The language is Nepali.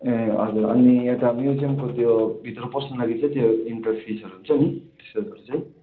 ए हजुर अनि एउटा म्युजियामको त्यो भित्र पस्नु लागि चाहिँ त्यो इन्टर फिसहरू हुन्छ नि त्यस्तोहरू चाहिँ